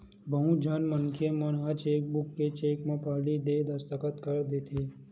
बहुत झन मनखे मन ह चेकबूक के चेक म पहिली ले दस्कत कर दे रहिथे